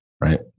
Right